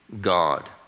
God